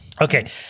Okay